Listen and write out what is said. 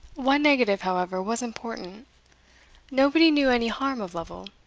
one negative, however, was important nobody knew any harm of lovel.